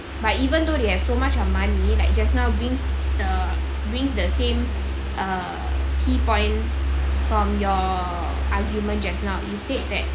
like even though they have so much of money like just now brings the brings the same err key point from your argument just now you said that